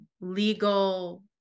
legal